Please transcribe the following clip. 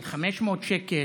של 500 שקלים,